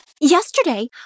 Yesterday